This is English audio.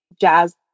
Jazz